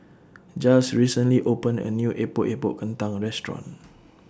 Jiles recently opened A New Epok Epok Kentang Restaurant